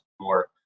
more